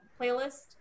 playlist